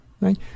Right